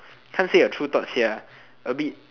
cant say your true thought sia a bit